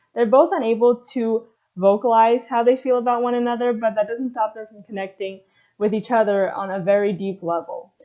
they're both unable to vocalize how they feel about one another, but that doesn't stop them from connecting with each other on a very deep level.